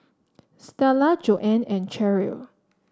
Starla Joanne and Cherrelle